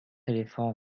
éléphants